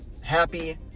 happy